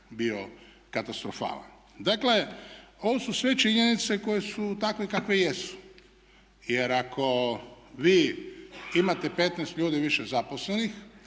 bio katastrofalan. Dakle, ovo su sve činjenice koje su takve kakve jesu, jer ako vi imate 15 ljudi više zaposlenih,